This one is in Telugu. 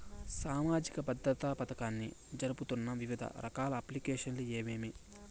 సామాజిక భద్రత పథకాన్ని జరుపుతున్న వివిధ రకాల అప్లికేషన్లు ఏమేమి?